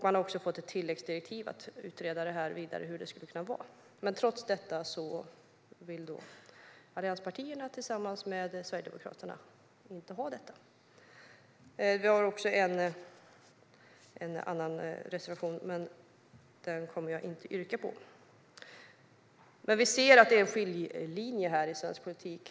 Man har också fått ett tilläggsdirektiv att utreda vidare hur det skulle kunna vara. Trots detta vill allianspartierna tillsammans med Sverigedemokraterna inte ha detta. Vi har också en annan reservation, men den kommer jag inte att yrka bifall till. Vi ser att det finns en skiljelinje här i svensk politik.